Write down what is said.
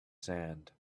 sand